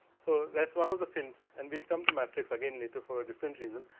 so, that is one of the films and will come to matrix again later for different reason,